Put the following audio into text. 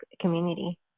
community